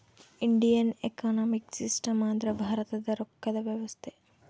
Indian economic system ಅಂದ್ರ ಭಾರತದ ರೊಕ್ಕದ ವ್ಯವಸ್ತೆ